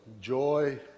joy